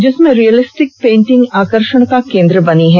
जिसमें realistic painting आकर्षण का केंद्र बनी हुई है